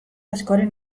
askoren